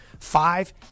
Five